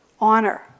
honor